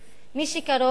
מי שקרוב יותר,